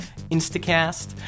Instacast